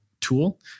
Tool